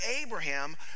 Abraham